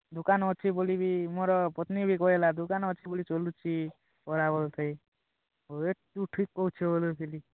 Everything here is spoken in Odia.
ଦୁକାନ ଅଛି ବୋଲି ବି ମୋର ପତ୍ନୀ ବି କହିଲା ଦୁକାନ ଅଛି ବୋଲି ଚଲୁଛି ଏ ତୁ ଠିକ କହୁଛୁ ବୋଲୁଥିଲି